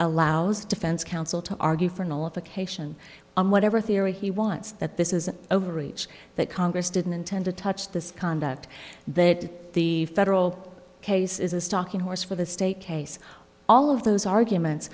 allows defense counsel to argue for nullification on whatever theory he wants that this is an overreach that congress didn't intend to touch this conduct that the federal case is a stalking horse for the state case all of those arguments